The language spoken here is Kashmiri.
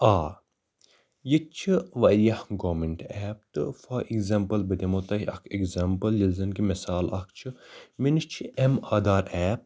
آ یہِ چھِ واریاہ گورمِنٛٹہٕ اٮ۪پ تہٕ فار اٮ۪گزامپُل بہٕ دِمَو تۄہہِ اکھ اٮ۪گزامپُل ییٚلہِ زنہٕ کہ مِثال اکھ چھِ مےٚ نِش چھِ ایم آدھار ایپ